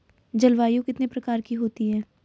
जलवायु कितने प्रकार की होती हैं?